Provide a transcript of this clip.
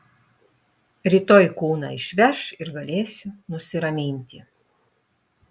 rytoj kūną išveš ir galėsiu nusiraminti